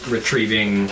Retrieving